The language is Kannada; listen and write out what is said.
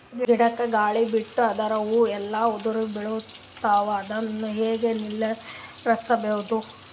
ಗಿಡಕ, ಗಾಳಿ ಬಿಟ್ಟು ಅದರ ಹೂವ ಎಲ್ಲಾ ಉದುರಿಬೀಳತಾವ, ಅದನ್ ಹೆಂಗ ನಿಂದರಸದು?